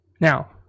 Now